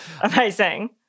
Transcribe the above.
Amazing